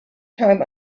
time